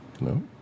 no